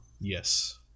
yes